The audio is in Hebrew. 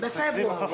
בפברואר?